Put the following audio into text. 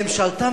ממשלתם,